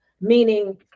meaning